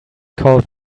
call